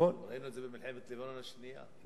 ראינו את זה במלחמת לבנון השנייה,